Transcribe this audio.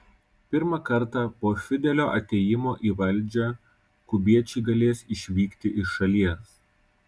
pirmą kartą po fidelio atėjimo į valdžią kubiečiai galės išvykti iš šalies